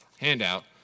handout